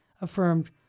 affirmed